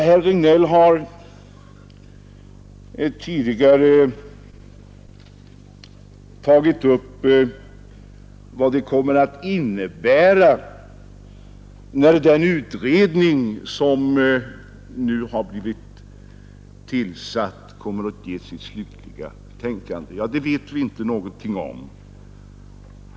Herr Regnéll har tidigare talat om vad det kommer att innebära, när den utredning som nu har blivit tillsatt avger sitt slutliga betänkande. Ja, det vet vi inte någonting om.